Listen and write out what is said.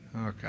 Okay